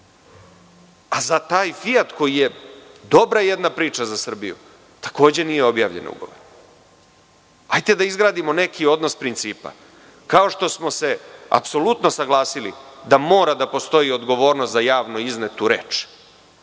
a za taj Fijat, koji je dobra priča za Srbiju, takođe nije objavljen ugovor. Hajde da izgradimo neki odnos principa, kao što smo se apsolutno saglasili da mora da postoji odgovornost za javno iznetu reč.